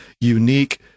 unique